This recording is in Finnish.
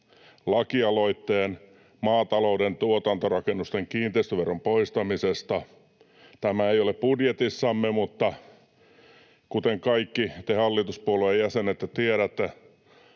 lakialoitteen maatalouden tuotantorakennusten kiinteistöveron poistamisesta. Tämä ei ole budjetissamme, mutta kuten kaikki te hallituspuolueiden jäsenet tiedätte,